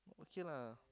okay lah